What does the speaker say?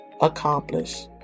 accomplish